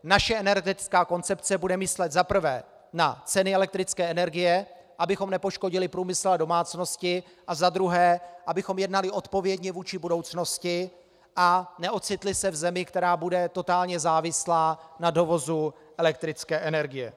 Naše energetická koncepce bude myslet na ceny elektrické energie, za prvé abychom nepoškodili průmysl a domácnosti a za druhé abychom jednali odpovědně vůči budoucnosti a neocitli se v zemi, která bude totálně závislá na dovozu elektrické energie.